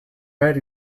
red